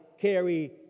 carry